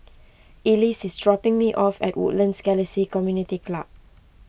Elise is dropping me off at Woodlands Galaxy Community Club